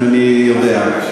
אני יודע.